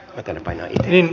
miten niin